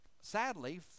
Sadly